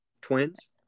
Twins